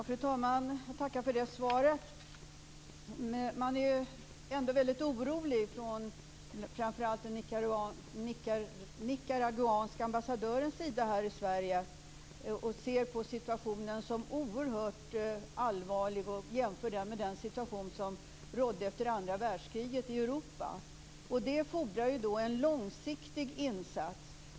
Fru talman! Jag tackar för det svaret. Man är ändå mycket orolig, framför allt från den nicaraguanska ambassadörens sida här i Sverige. Man ser oerhört allvarligt på situationen och jämför den med den situation som rådde efter andra världskriget i Europa. Det fordrar en långsiktig insats.